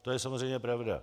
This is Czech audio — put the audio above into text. To je samozřejmě pravda.